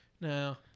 Now